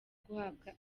guhabwa